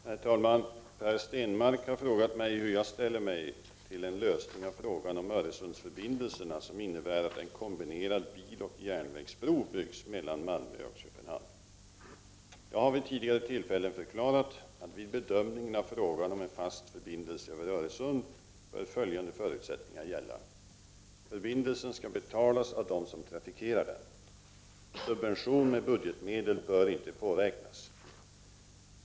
Herr talman! Per Stenmarck har frågat mig hur jag ställer mig till en lösning av frågan om Öresundsförbindelserna, som innebär att en kombinerad biloch järnvägsbro byggs mellan Malmö och Köpenhamn. Jag har vid tidigare tillfällen förklarat att vid bedömningen av frågan om en fast förbindelse över Öresund bör följande förutsättningar gälla. Förbindelsen skall betalas av dem som trafikerar den. Subvention med budgetmedel bör inte påräknas.